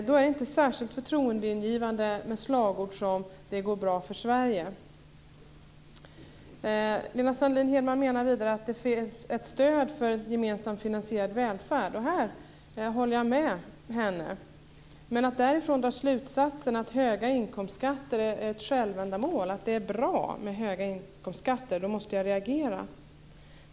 Då är det inte särskilt förtroendeingivande med slagord som att det går bra för Sverige. Lena Sandlin-Hedman menar vidare att det finns ett stöd för en gemensamt finansierad välfärd. Där håller jag med henne. Men jag måste reagera för att man därifrån drar slutsatsen att höga inkomstskatter är ett självändamål och att det är bra med höga inkomstskatter.